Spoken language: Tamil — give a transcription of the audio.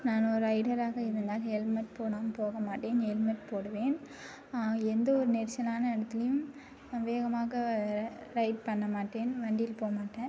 நான் ஒரு ரைடராக இருந்தால் ஹெல்மெட் போடாமல் போக மாட்டேன் ஹெல்மெட் போடுவேன் எந்த ஒரு நெரிசலான இடத்துலயும் நான் வேகமாக ரைட் பண்ண மாட்டேன் வண்டியில் போக மாட்டேன்